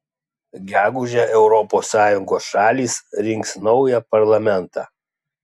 gegužę europos sąjungos šalys rinks naują parlamentą